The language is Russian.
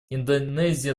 индонезия